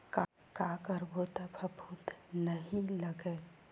का करबो त फफूंद नहीं लगय?